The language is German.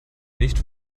nicht